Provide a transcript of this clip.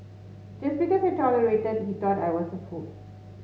just because I tolerated he thought I was a fool